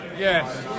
Yes